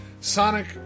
Sonic